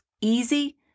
easy